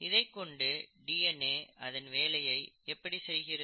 இதைக்கொண்டு டிஎன்ஏ அதன் வேலையை எப்படி செய்கிறது